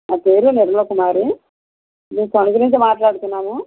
నా పేరు నగమా కుమారి నేను తణుకు నుంచి మాట్లాడుతున్నాను